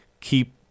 keep